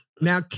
Now